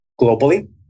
globally